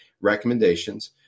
recommendations